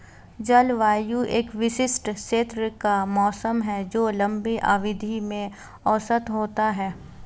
जलवायु एक विशिष्ट क्षेत्र का मौसम है जो लंबी अवधि में औसत होता है